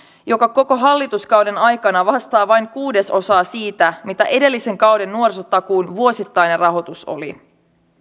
joka koko hallituskauden aikana vastaa vain kuudesosaa siitä mitä edellisen kauden nuorisotakuun vuosittainen rahoitus oli